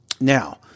Now